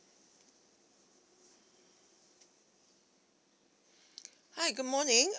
hi good morning